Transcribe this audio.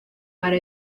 para